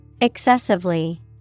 Excessively